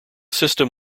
system